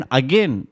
again